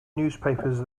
newspapers